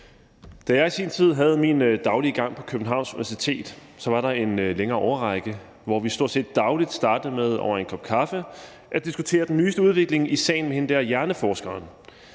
Da jeg i sin tid havde min daglige gang på Københavns Universitet, var der en længere årrække, hvor vi stort set dagligt startede med over en kop kaffe at diskutere den nyeste udvikling i sagen med hende der hjerneforskeren.